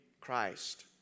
Christ